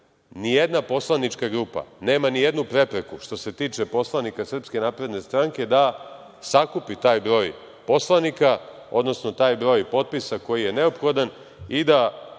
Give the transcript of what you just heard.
Ni jedna poslanička grupa nema ni jednu prepreku, što se tiče poslanika SNS, da sakupi taj broj poslanika, odnosno taj broj potpisa koji je neophodan i da